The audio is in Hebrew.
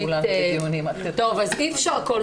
תודה רבה